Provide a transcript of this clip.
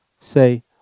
Say